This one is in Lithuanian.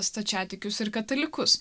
stačiatikius ir katalikus